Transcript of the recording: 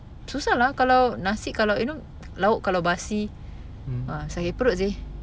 susah lah kalau nasi kalau you know lauk kalau basi sakit perut seh